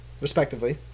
respectively